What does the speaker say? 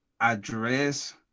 address